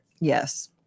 Yes